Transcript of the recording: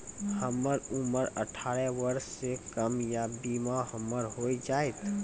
हमर उम्र अठारह वर्ष से कम या बीमा हमर हो जायत?